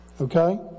Okay